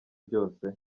byose